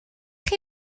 chi